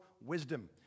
wisdom